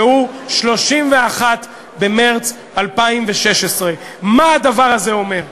והוא 31 במרס 2016. מה הדבר הזה אומר?